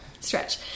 stretch